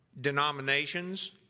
denominations